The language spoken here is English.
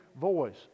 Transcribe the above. voice